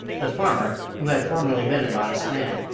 the farmer, who had formerly been a modest man,